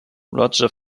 roger